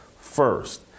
first